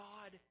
God